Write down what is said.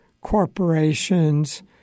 corporations